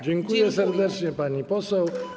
Dziękuję serdecznie, pani poseł.